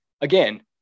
Again